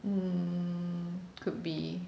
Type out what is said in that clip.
mm could be